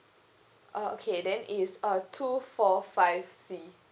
oh okay then is uh two four five C